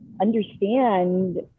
understand